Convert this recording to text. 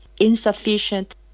insufficient